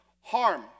harm